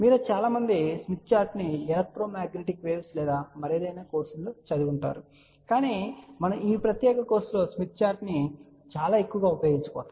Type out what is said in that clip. మీలో చాలామంది Smith chart ను ఎలక్ట్రో మాగ్నెటిక్ వేవ్స్ లేదా మరేదైనా కోర్సులో అధ్యయనం చేసి ఉంటారు కాని మనం ఈ ప్రత్యేక కోర్సులో స్మిత్ చార్ట్ ను చాలా ఎక్కువగా ఉపయోగించబోతున్నాం